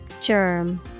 Germ